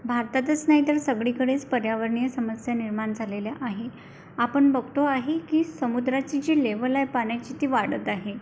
भारतातच नाही तर सगळीकडेच पर्यावरणीय समस्या निर्माण झालेल्या आहे आपण बघतो आहे की समुद्राची जी लेवल आहे पाण्याची ती वाढत आहे